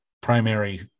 primary